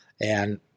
And-